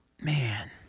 Man